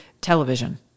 television